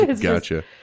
Gotcha